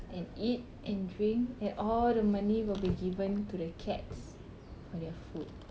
and eat and drink and all the money will be given to the cats for their food